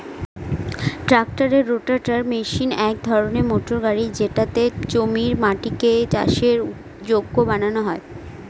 ট্রাক্টরের rotavator machine এক ধরনের মোটর গাড়ি যেটাতে জমির মাটিকে চাষের যোগ্য বানানো হয়